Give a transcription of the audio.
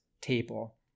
table